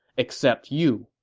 except you,